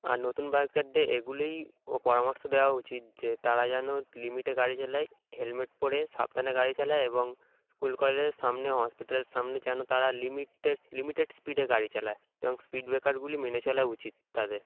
আর নতুন বাইকারদের এগুলিই ও পরামর্শ দেওয়া উচিত যে তারা যেন লিমিটে গাড়ি চালায় হেলমেট পরে সাবধানে গাড়ি চালায় এবং স্কুল কলেজের সামনে হসপিটালের সামনে যেন তারা লিমিটে লিমিটেড স্পিডে গাড়ি চালায় এবং স্পিড ব্রেকারগুলি মেনে চলা উচিত তাদের